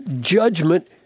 judgment